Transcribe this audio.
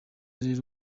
rero